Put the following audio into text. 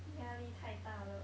压力太大了